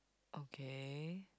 okay